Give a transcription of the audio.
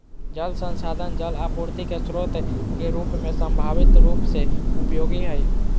जल संसाधन जल आपूर्ति के स्रोत के रूप में संभावित रूप से उपयोगी हइ